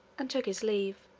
and took his leave.